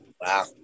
Wow